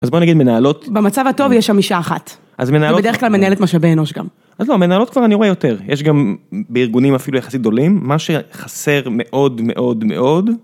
אז בוא נגיד מנהלות. במצב הטוב יש שם אישה אחת. אז מנהלות. היא בדרך כלל מנהלת משאבי אנוש גם. אז לא, מנהלות כבר אני רואה יותר, יש גם בארגונים אפילו יחסית גדולים, מה שחסר מאוד מאוד מאוד.